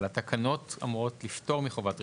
אבל התקנות אומרות לפטור מחובת רישוי.